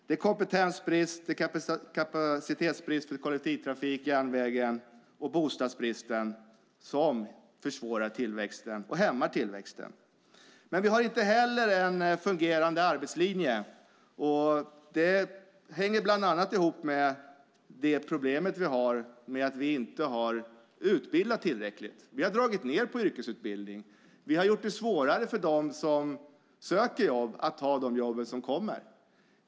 Det är kompetensbrist, kapacitetsbrist i kollektivtrafik på järnväg och bostadsbrist som försvårar och hämmar tillväxten. Vi har inte heller en fungerande arbetslinje. Det hänger bland annat ihop med vårt problem att inte ha utbildat tillräckligt. Vi har dragit ned på yrkesutbildningen. Vi har gjort det svårare för dem som söker jobb att ta de jobb som kommer.